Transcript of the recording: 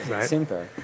Simple